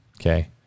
Okay